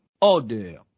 order